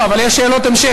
לא, לא, אבל יש שאלות המשך.